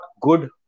good